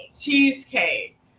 Cheesecake